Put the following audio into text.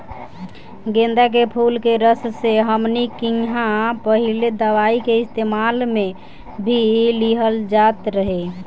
गेन्दा के फुल के रस से हमनी किहां पहिले दवाई के इस्तेमाल मे भी लिहल जात रहे